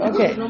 Okay